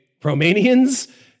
Romanians